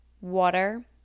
water